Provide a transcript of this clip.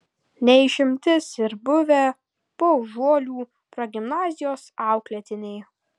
ne išimtis ir buvę paužuolių progimnazijos auklėtiniai